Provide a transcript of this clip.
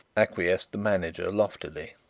acquiesced the manager loftily,